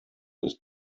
ist